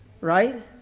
right